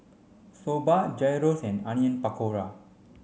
Soba Gyros and Onion Pakora